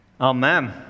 amen